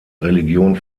religion